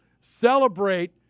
celebrate